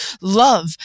love